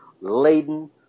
laden